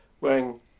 wearing